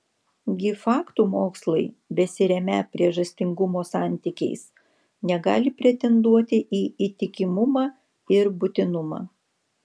gi faktų mokslai besiremią priežastingumo santykiais negali pretenduoti į įtikimumą ir būtinumą